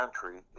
country